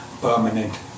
permanent